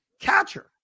catcher